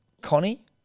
Connie